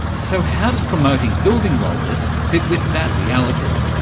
so how does promoting building wellness fit with that reality?